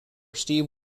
steve